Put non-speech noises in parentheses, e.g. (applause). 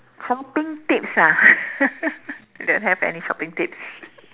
something tips ah (laughs) don't have any shopping tips